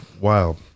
Wow